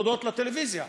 תודות לטלוויזיה.